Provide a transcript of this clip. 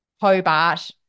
Hobart